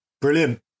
Brilliant